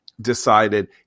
decided